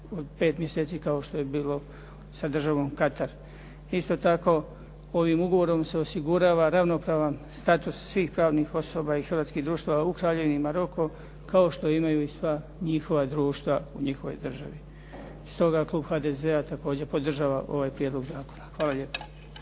od 5 mjeseci kao što je bilo sa državom Katar. Isto tako ovim ugovorom se osigurava ravnopravan status svih pravnih osoba i hrvatskih društava u Kraljevini Maroko kao što imaju i sva njihova društva u njihovoj državi. Stoga Klub HDZ-a također podržava ovaj prijedlog zakona. Hvala lijepo.